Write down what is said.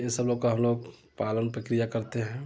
यह सब लोग का हम लोग पालन प्रक्रिया करते हैं